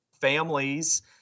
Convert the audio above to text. families